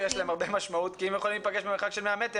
יש משמעות כי אם הם יכולים להיפגש במרחק של 100 מטרים,